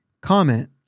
Comment